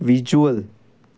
visual